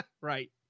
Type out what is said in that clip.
Right